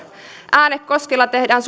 äänekoskella tehdään